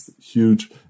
huge